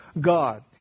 God